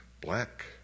black